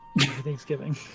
Thanksgiving